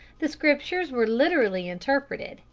the scriptures were literally interpreted,